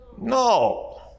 no